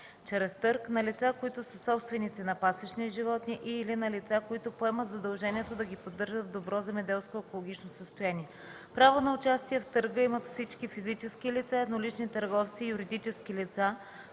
чрез търг на лица, които са собственици на пасищни животни и/или на лица, които поемат задължението да ги поддържат в добро земеделско и екологично състояние. Право на участие в търга имат всички физически лица, еднолични търговци и юридически лица,